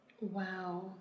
Wow